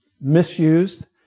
misused